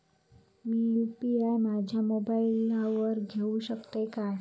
मी UPI माझ्या मोबाईलावर घेवक शकतय काय?